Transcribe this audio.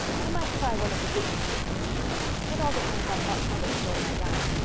i might try one of the bigger magazines first. it all depends on what kind of a story i write.